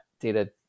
data